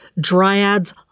Dryads